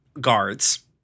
guards